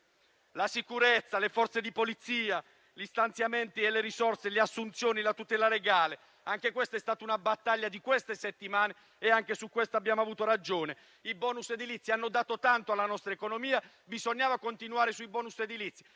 La sicurezza, le Forze di polizia, gli stanziamenti e le risorse, le assunzioni e la tutela legale; anche questa è stata una battaglia di queste settimane e anche su questa abbiamo avuto ragione. I *bonus* edilizi hanno dato tanto alla nostra economia, bisognava continuare su di essi;